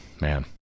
man